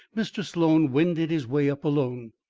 mr. sloan wended his way up alone.